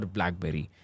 Blackberry